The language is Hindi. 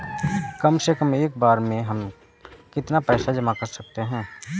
कम से कम एक बार में हम कितना पैसा जमा कर सकते हैं?